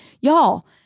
Y'all